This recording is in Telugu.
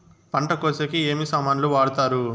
పంట కోసేకి ఏమి సామాన్లు వాడుతారు?